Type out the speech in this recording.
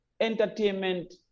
Entertainment